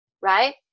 right